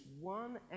one